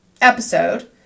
episode